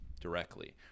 directly